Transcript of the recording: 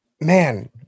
Man